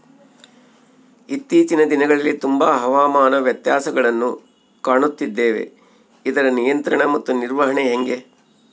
ಇತ್ತೇಚಿನ ದಿನಗಳಲ್ಲಿ ತುಂಬಾ ಹವಾಮಾನ ವ್ಯತ್ಯಾಸಗಳನ್ನು ಕಾಣುತ್ತಿದ್ದೇವೆ ಇದರ ನಿಯಂತ್ರಣ ಮತ್ತು ನಿರ್ವಹಣೆ ಹೆಂಗೆ?